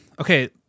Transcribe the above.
okay